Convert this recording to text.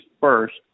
first